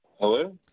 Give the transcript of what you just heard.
Hello